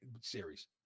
series